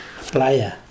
Playa